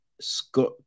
Scott